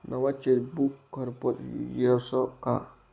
नवं चेकबुक घरपोच यस का?